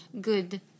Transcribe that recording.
good